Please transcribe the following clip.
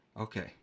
Okay